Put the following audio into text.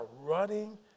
running